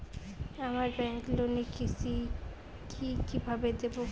আমার ব্যাংক লোনের কিস্তি কি কিভাবে দেবো?